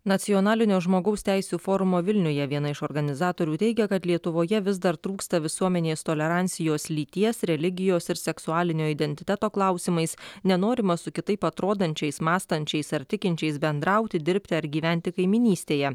nacionalinio žmogaus teisių forumo vilniuje viena iš organizatorių teigia kad lietuvoje vis dar trūksta visuomenės tolerancijos lyties religijos ir seksualinio identiteto klausimais nenorima su kitaip atrodančiais mąstančiais ar tikinčiais bendrauti dirbti ar gyventi kaimynystėje